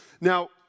Now